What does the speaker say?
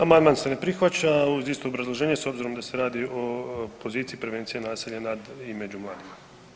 Amandman se ne prihvaća uz isto obrazloženje s obzirom da se radi o poziciji prevencije nad i među mladima.